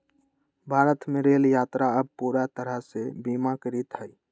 भारत में रेल यात्रा अब पूरा तरह से बीमाकृत हई